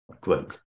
Great